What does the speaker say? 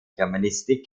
germanistik